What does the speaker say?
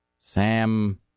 Sam